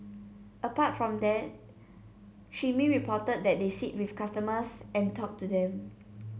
apart from that Shin Min reported that they sit with customers and talk to them